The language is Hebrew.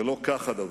ולא כך הדבר.